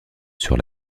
sur